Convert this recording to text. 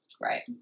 right